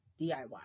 DIY